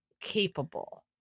capable